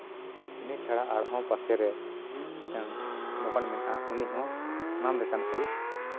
ᱤᱱᱟᱹ ᱪᱷᱟᱲᱟ ᱟᱨᱦᱚᱸ ᱯᱟᱥᱮᱨᱮ ᱢᱤᱫᱴᱟᱱ ᱫᱚᱠᱟᱱ ᱢᱮᱱᱟᱜᱼᱟ ᱩᱱᱤ ᱦᱚᱸ ᱥᱟᱱᱟᱢ ᱞᱮᱠᱟᱱᱟᱜ ᱜᱮᱭ